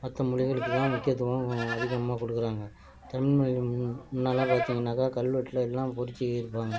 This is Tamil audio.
மற்ற மொழிகளுக்குதான் முக்கியத்துவம் அதிகமாக கொடுக்குறாங்க தமிழ் மொழி முன்னெல்லாம் பார்த்திங்கனாக்கா கல்வெட்டிலயெல்லாம் பொறிச்சு இருப்பாங்க